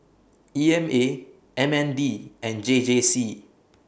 E M A M N D and J J C